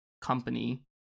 company